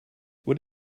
what